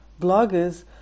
bloggers